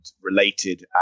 related